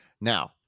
Now